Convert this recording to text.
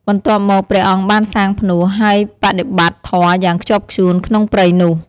បន្ទាប់មក ព្រះអង្គបានសាងផ្នួស ហើយបដិបត្តិធម៌យ៉ាងខ្ជាប់ខ្ជួនក្នុងព្រៃនោះ។